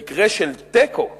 במקרה של תיקו בוועדה,